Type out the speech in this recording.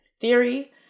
theory